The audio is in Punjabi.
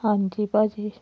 ਹਾਂਜੀ ਭਾਅ ਜੀ